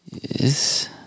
Yes